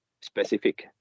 specific